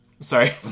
Sorry